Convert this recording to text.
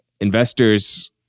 Investors